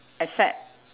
except